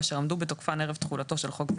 ואשר עמדו בתוקפן ערב תחולתו של חוק זה